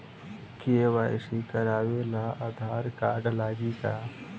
KYC करावे ला Aadhaar card लागी का?